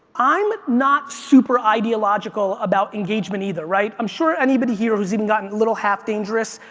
i'm not super ideological about engagement either, right? i'm sure anybody here who's even gotten a little half dangerous,